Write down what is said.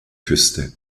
küste